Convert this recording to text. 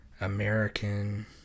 American